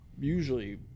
usually